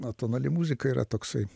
atonali muzika yra toksai